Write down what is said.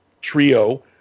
trio